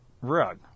rug